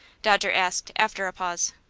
dodger asked, after a pause.